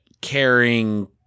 caring